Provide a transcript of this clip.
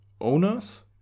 owners